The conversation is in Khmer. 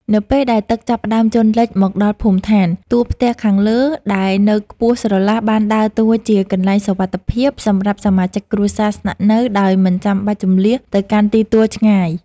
នៅពេលដែលទឹកចាប់ផ្ដើមជន់លិចមកដល់ភូមិឋាន តួផ្ទះខាងលើដែលនៅខ្ពស់ស្រឡះបានដើរតួជា កន្លែងសុវត្ថិភាព សម្រាប់សមាជិកគ្រួសារស្នាក់នៅដោយមិនចាំបាច់ជម្លៀសទៅកាន់ទីទួលឆ្ងាយ។